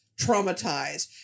traumatized